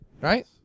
right